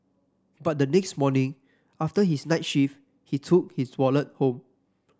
but the next morning after his night shift he took his wallet home